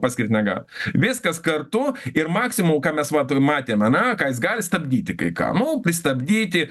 paskirt negali viskas kartu ir maksimum ką mes vat matėm ane ką jis gali stabdyti kai ką nu pristabdyti